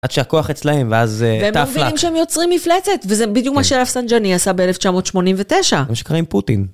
עד שהכוח אצלהם ואז tough luck, והם מבינים שהם יוצרים מפלצת וזה בדיוק מה שראפסנג'אני עשה ב1989, מה שקרה עם פוטין.